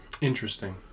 Interesting